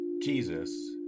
Jesus